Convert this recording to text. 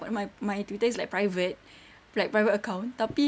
my my twitter is like private like private account tapi